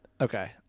Okay